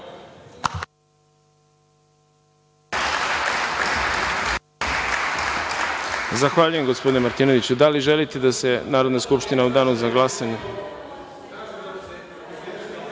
Zahvaljujem, gospodine Martinoviću. Da li želite da se Narodna skupština u danu za glasanje